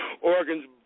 organs